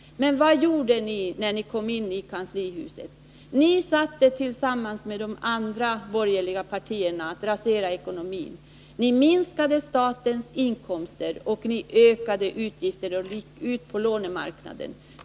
Men vad gjorde ni när ni kom till kanslihuset? Jo, ni satte er tillsammans med de andra borgerliga för att rasera ekonomin. Ni minskade statens inkomster, ökade utgifterna och gick ut på lånemarknaden.